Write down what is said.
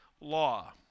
Law